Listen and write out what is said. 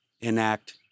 enact